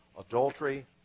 Adultery